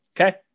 Okay